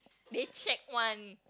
they check one